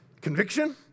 conviction